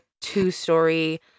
two-story